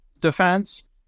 defense